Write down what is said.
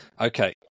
Okay